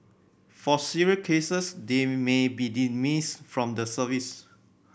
for serious cases they may be dismissed from the service